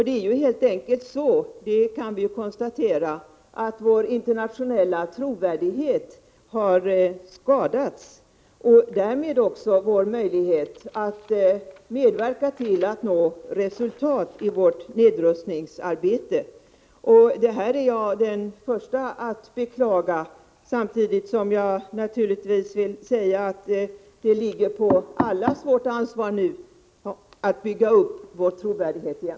Det är helt enkelt så — det kan vi konstatera — att vår internationella trovärdighet har skadats och därmed också våra möjligheter att medverka till att nå resultat i vårt nedrustningsarbete. Detta är jag den första att beklaga, samtidigt som jag naturligtvis vill säga att det nu är allas vårt ansvar att bygga upp vår trovärdighet igen.